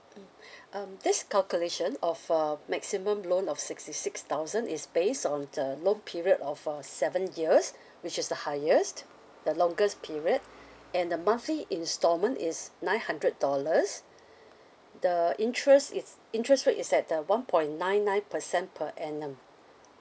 mm um this calculation of a maximum loan of sixty six thousand is based on the loan period of uh seven years which is the highest the longest period and the monthly instalment is nine hundred dollars the interest is interest rate is at uh one point nine nine percent per annum